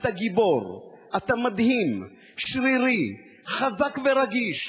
אתה גיבור, אתה מדהים, שרירי, חזק ורגיש,